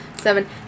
seven